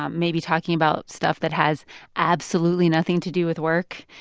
um maybe talking about stuff that has absolutely nothing to do with work,